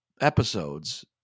episodes